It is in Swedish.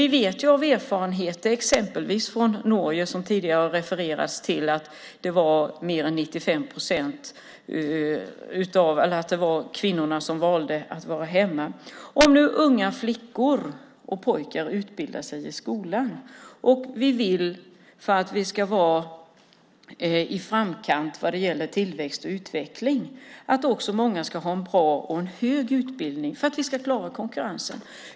Vi vet av erfarenhet, exempelvis från Norge som det tidigare har refererats till, att det är kvinnorna som har valt att vara hemma. Unga flickor och pojkar utbildar sig i skolan. Vi vill, för att vi ska vara i framkant vad det gäller tillväxt och utveckling, också att många ska ha en bra och hög utbildning för att vi ska klara konkurrensen.